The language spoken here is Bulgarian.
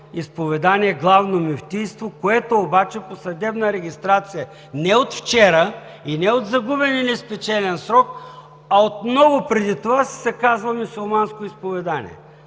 изповедание Главно мюфтийство, което обаче по съдебна регистрация не от вчера, и не от загубен и неспечелен срок, а от много преди това си се казва: „Мюсюлманско изповедание“.